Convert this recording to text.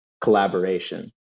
collaboration